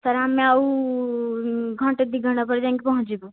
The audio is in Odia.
ସାର୍ ଆମେ ଆଉ ଘଣ୍ଟେ ଦୁଇ ଘଣ୍ଟା ପରେ ଯାଇକି ପହଞ୍ଚିବୁ